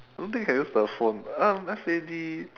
don't think you can use the phone um F A D